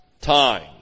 time